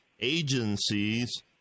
agencies